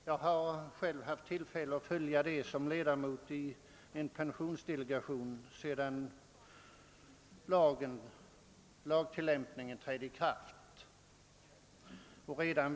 Jag har själv haft tillfälle att som ledamot av en pensionsdelegation följa frågan sedan lagen började tillämpas.